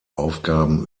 aufgaben